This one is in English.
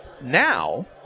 Now